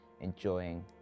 enjoying